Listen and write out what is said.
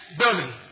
building